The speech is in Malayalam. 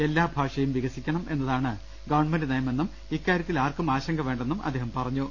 എല്ലാ ഭാഷയും വിക്സിക്കണം എന്ന താണ് ഗവൺമെന്റ് നയമെന്നും ഇക്കാര്യത്തിൽ ആർക്കും ആശങ്ക വേണ്ടെന്നും അദ്ദേഹം പറഞ്ഞു